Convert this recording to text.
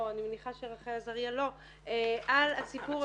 לא, אני מניחה שרחל עזריה לא.